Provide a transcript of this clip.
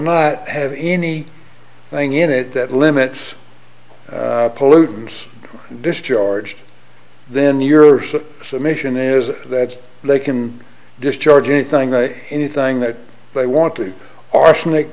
not have any thing in it that limits pollutants discharge then your submission is that they can discharge anything anything that they want to arsenic